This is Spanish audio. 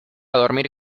dormir